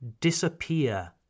disappear